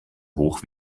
hoch